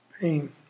Pain